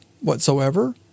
whatsoever